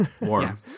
Warm